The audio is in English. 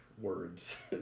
words